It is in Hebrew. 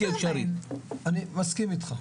אני מסכים איתך.